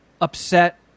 upset